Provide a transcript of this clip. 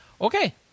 Okay